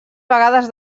vegades